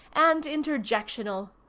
and interjectional.